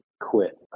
quit